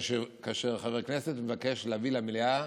שכאשר חבר כנסת מבקש להביא למליאה,